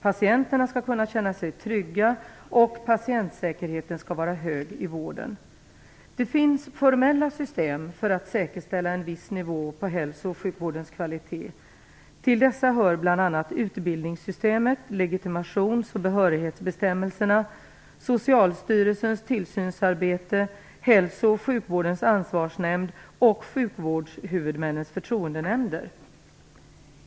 Patienterna skall kunna känna sig trygga, och patientsäkerheten skall vara hög i vården. Det finns formella system för att säkerställa en viss nivå på hälso och sjukvårdens kvalitet. Till dessa hör bl.a. utbildningssystemet, legitimations och behörighetsbestämmelserna, Socialstyrelsens tillsynsarbete, Hälso och sjukvårdens ansvarsnämnd och sjukvårdshuvudmännens förtroendenämnder.